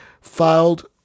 filed